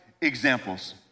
examples